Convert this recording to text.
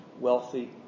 wealthy